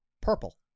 purple